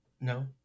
No